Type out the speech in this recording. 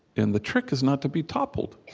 and the trick is not to be toppled.